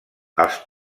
els